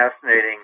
fascinating